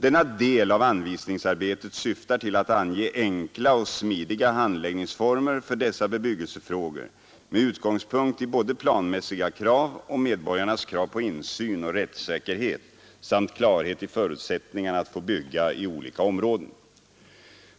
Denna del av anvisningsarbetet syftar till att ange enkla och smidiga handläggningsformer för dessa bebyggelsefrågor, med utgångspunkt i både planmässiga krav och medborgarnas krav på insyn och rättssäkerhet samt klarhet i förutsättningarna att få bygga i olika områden.